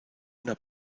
una